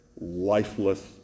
lifeless